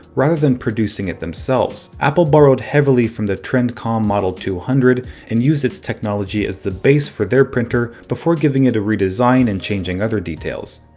rather than producing it themselves. apple borrowed heavily from the trendcom model two hundred and used its technology as the base for their printer before giving it a redesign and changing other details.